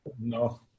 No